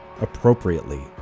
appropriately